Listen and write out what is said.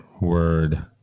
word